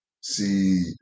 see